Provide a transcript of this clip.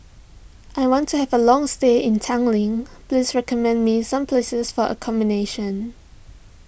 I want to have a long stay in Tallinn please recommend me some places for a combination